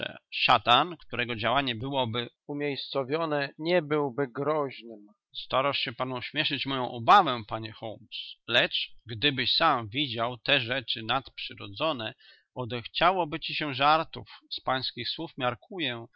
szatan którego działanie byłoby umiejscowione nie byłby groźnym starasz się pan ośmieszyć moją obawę panie holmes lecz gdybyś sam widział te rzeczy nadprzyrodzone odechciałoby ci się żartów z pańskich słów miarkuję że